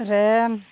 ᱠᱨᱮᱱ